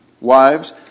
Wives